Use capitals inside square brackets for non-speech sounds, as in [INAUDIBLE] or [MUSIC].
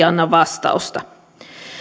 [UNINTELLIGIBLE] anna vastausta